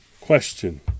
question